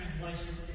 translation